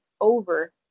over